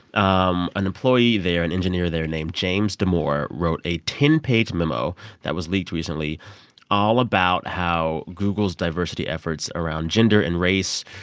um an employee there, an engineer there named james damore, wrote a ten page memo that was leaked recently all about how google's diversity efforts around gender and race